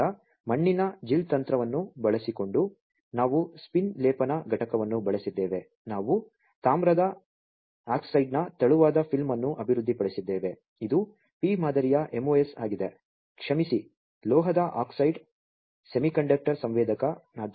ತದನಂತರ ಮಣ್ಣಿನ ಜೆಲ್ ತಂತ್ರವನ್ನು ಬಳಸಿಕೊಂಡು ನಾವು ಸ್ಪಿನ್ ಲೇಪನ ಘಟಕವನ್ನು ಬಳಸಿದ್ದೇವೆ ನಾವು ತಾಮ್ರದ ಆಕ್ಸೈಡ್ನ ತೆಳುವಾದ ಫಿಲ್ಮ್ ಅನ್ನು ಅಭಿವೃದ್ಧಿಪಡಿಸಿದ್ದೇವೆ ಇದು p ಮಾದರಿ MOS ಆಗಿದೆ ಕ್ಷಮಿಸಿ ಲೋಹದ ಆಕ್ಸೈಡ್ ಸೆಮಿಕಂಡಕ್ಟರ್ ಸಂವೇದಕ